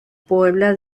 puebla